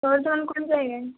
বর্ধমান কোন জায়গায়